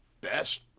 best